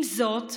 עם זאת,